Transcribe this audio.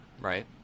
Right